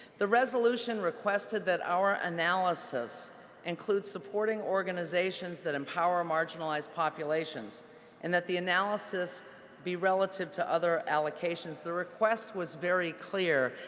the resolution requested that our analysis include supporting organizations that empower marginalized populations and that the analysis be relative to other allocations allocations. the request was very clear.